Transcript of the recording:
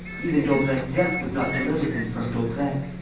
even daubrecq's death would not deliver him from daubrecq.